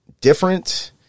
different